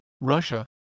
Russia